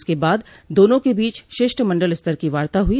इसके बाद दोनों के बीच शिष्टमंडल स्तर की वार्ता हुई